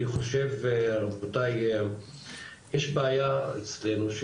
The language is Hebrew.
אני חושב רבותי שיש בעיה אצלנו,